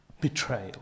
betrayal